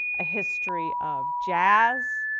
a history of jazz.